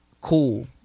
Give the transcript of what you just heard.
cool